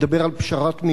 מדבר על פשרת מגרון,